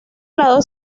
lado